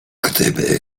gdyby